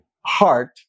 heart